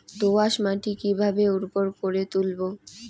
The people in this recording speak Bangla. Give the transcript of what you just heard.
দোয়াস মাটি কিভাবে উর্বর করে তুলবো?